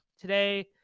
today